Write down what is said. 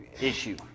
issue